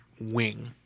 wing